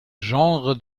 genre